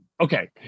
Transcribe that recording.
Okay